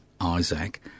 Isaac